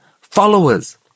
followers